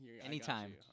Anytime